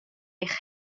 eich